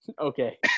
Okay